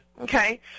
okay